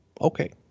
Okay